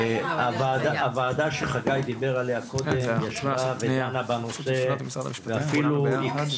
הוועדה שחגי דיבר עליה קודם ישבה ודנה בנושא ואפילו היקצו